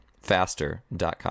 faster.com